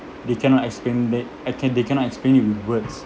they cannot explain they and can they cannot explain it with words